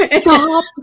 Stop